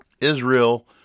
Israel